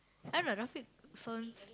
I don't know Rafiq sounds